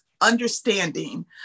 understanding